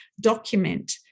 document